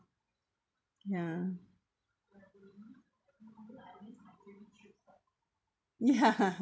ya ya